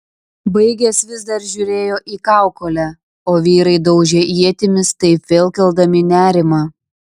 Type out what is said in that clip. baigęs vis dar žiūrėjo į kaukolę o vyrai daužė ietimis taip vėl keldami nerimą